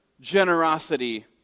Generosity